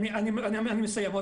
אני מסיים.